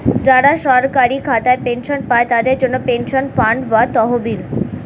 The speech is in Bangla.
যারা সরকারি খাতায় পেনশন পায়, তাদের জন্যে পেনশন ফান্ড বা তহবিল